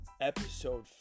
Episode